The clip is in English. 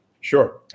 Sure